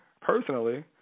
personally